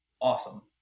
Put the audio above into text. awesome